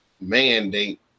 mandate